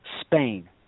Spain